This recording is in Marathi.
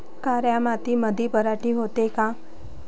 काळ्या मातीमंदी पराटी होते का?